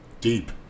Deep